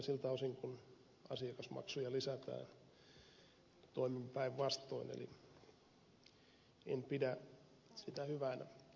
siltä osin kuin asiakasmaksuja lisätään toimin päinvastoin eli en pidä sitä hyvänä